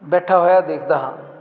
ਬੈਠਾ ਹੋਇਆ ਦੇਖਦਾ ਹਾਂ